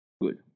Good